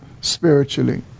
spiritually